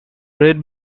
red